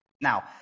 Now